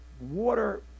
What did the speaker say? water